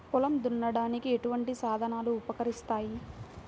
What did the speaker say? పొలం దున్నడానికి ఎటువంటి సాధనలు ఉపకరిస్తాయి?